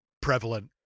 prevalent